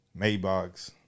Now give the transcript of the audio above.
Maybox